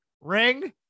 ring